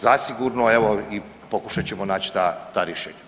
Zasigurno evo i pokušat ćemo nać ta rješenja.